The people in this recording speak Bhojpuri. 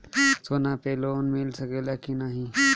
सोना पे लोन मिल सकेला की नाहीं?